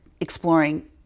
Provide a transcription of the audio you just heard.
exploring